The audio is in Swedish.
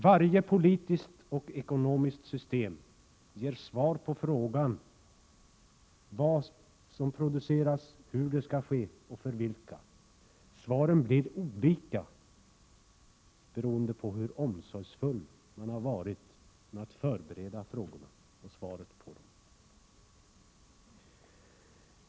Varje politiskt och ekonomiskt system ger svar på frågan vad som produceras, hur det skall ske och för vilka. Svaren blir olika beroende på hur omsorgsfullt de frågorna har förberetts.